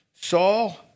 Saul